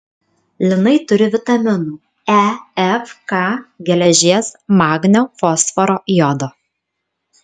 linai turi vitaminų e f k geležies magnio fosforo jodo